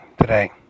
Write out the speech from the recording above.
today